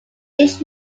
each